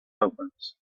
opens